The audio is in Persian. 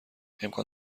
امکان